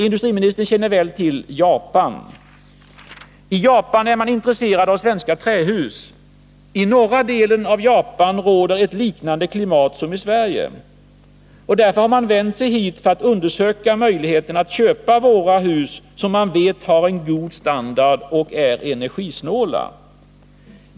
Industrimi nistern känner väl till fallet Japan. I Japan är man intresserad av svenska trähus. I norra delen av Japan råder ett klimat som liknar Sveriges. Därför har man vänt sig hit för att undersöka möjligheten att köpa våra hus, som man vet har en god standard och är energisnåla.